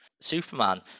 Superman